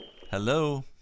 Hello